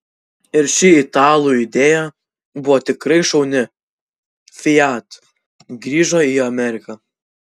ir ši italų idėja buvo tikrai šauni fiat grįžo į ameriką